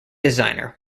designer